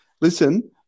listen